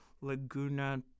Laguna